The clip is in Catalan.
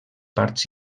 parts